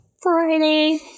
Friday